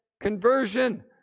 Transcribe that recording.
conversion